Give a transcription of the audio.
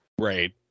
Right